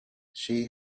she